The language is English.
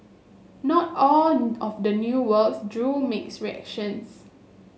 not all of the new works drew mixed reactions